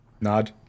Nod